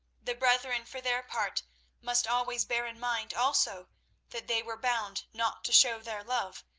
the brethren for their part must always bear in mind also that they were bound not to show their love,